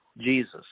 Jesus